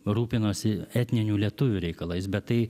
rūpinosi etninių lietuvių reikalais bet tai